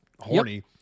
Horny